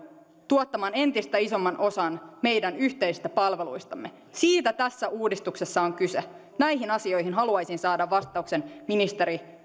tuottamaan entistä isomman osan meidän yhteisistä palveluistamme siitä tässä uudistuksessa on kyse näihin asioihin haluaisin saada vastauksen ministeri